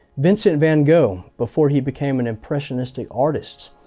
vincent van gogh, before he became an impressionistic artist,